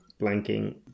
blanking